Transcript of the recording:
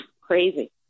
crazy